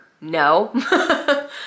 No